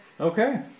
Okay